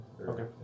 okay